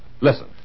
listen